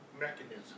mechanism